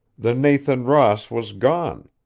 the nathan ross was gone.